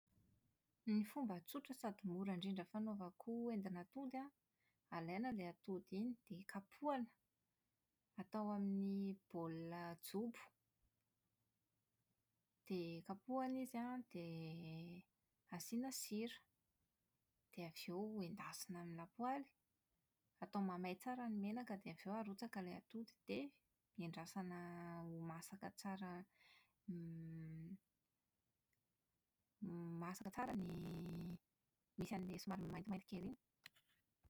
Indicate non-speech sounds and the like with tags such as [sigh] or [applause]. Ny fomba tsotra sady mora indrindra fanaovako endin'atody an, alaina ilay atody iny dia kapohina. Atao amin'ny baolina jobo. Dia kapohina izy an dia asiana sira dia avy eo endasina amin'ny lapoaly, atao mamay tsara ny menaka dia avy eo arotsaka ilay atody dia endrasana ho masaka tsara [hesitation] > masaka tsara ny misy an'ilay somary maintimainty kely iny.